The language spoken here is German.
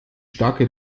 starke